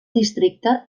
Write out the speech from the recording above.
districte